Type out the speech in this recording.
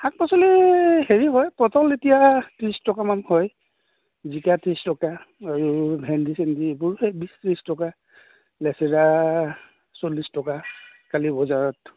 শাক পাচলি হেৰি হয় পটল এতিয়া ত্ৰিছ টকামান হয় জিকা ত্ৰিছ টকা আৰু ভেণ্ডী চেণ্ডী এইবোৰো সেই বিছ ত্ৰিছ টকা লেচেৰা চল্লিছ টকা কালি বজাৰত